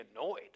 annoyed